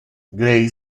grace